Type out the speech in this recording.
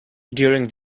during